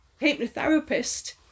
hypnotherapist